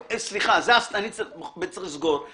סליחה, זה הסטנדרט?